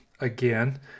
again